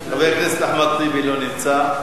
חבר הכנסת אחמד טיבי, לא נמצא.